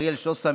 אריאל שוסהיים,